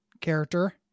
character